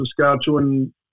Saskatchewan